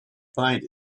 find